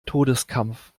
todeskampf